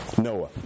Noah